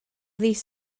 ddydd